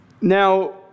Now